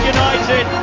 United